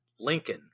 lincoln